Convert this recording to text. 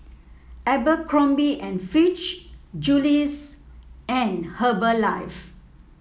Abercrombie and Fitch Julie's and Herbalife